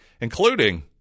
including